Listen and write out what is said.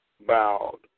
bowed